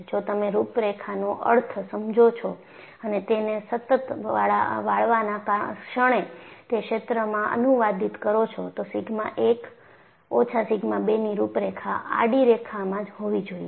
જો તમે રૂપરેખાનો અર્થ સમજો છો અને તેને સતત વાળવાના ક્ષણે તે ક્ષેત્રમાં અનુવાદિત કરો છો તો સિગ્મા 1 ઓછા સિગ્મા 2 ની રૂપરેખા આડી રેખામાં હોવી જોઈએ